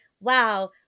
Wow